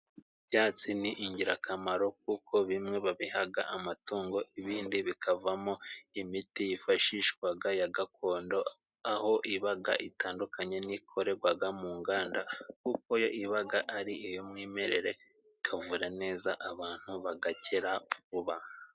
Ibyatsi ni ingirakamaro kuko bimwe babihaga amatungo, ibindi bikavamo imiti yifashishwaga ya gakondo, aho ibaga itandukanye n'ikorerwaga mu nganda, kuko yo ibaga ari iy'umwimerere ikavura neza, abantu bagakira vuba.